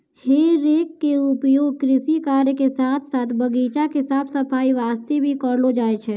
हे रेक के उपयोग कृषि कार्य के साथॅ साथॅ बगीचा के साफ सफाई वास्तॅ भी करलो जाय छै